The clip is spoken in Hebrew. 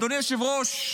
אדוני היושב-ראש,